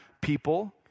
people